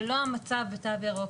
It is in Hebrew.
זה לא המצב בתו ירוק.